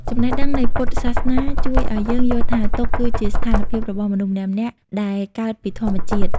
ចំណេះដឹងនៃពុទ្ធសាសនាជួយឲ្យយើងយល់ថាទុក្ខគឺជាស្ថានភាពរបស់មនុស្សម្នាក់ៗដែរកើតពីធម្មជាតិ។